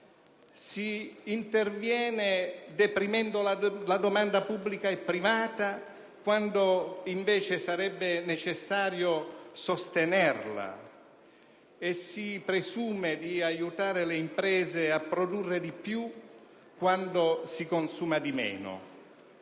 Si interviene deprimendo la domanda pubblica e privata, quando invece sarebbe necessario sostenerla e si presume di aiutare le imprese a produrre di più quando si consuma di meno.